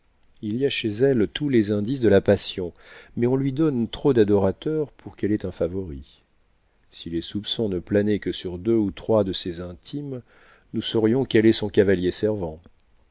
il y a chez elle tous les indices de la passion mais on lui donne trop d'adorateurs pour qu'elle ait un favori si les soupçons ne planaient que sur deux ou trois de ses intimes nous saurions quel est son cavalier